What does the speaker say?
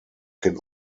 can